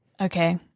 Okay